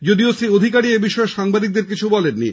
যদিও শ্রী অধিকারী এব্যাপারে সাংবাদিকদের কিছু বলেননি